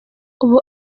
ubu